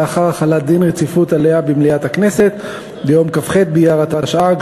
לאחר החלת דין רציפות עליה במליאת הכנסת ביום כ"ח באייר התשע"ג,